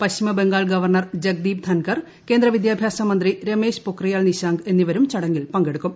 പശ്ചിമ Bengal governor Jagdeep Dhankhar കേന്ദ്ര വിദ്യാഭ്യാസ മന്ത്രി രമേശ് പൊക്രിയാൽ നിശാങ്ക് എന്നിവരും ചടങ്ങിൽ പങ്കെടുക്കും